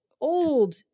Old